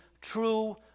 true